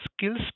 skills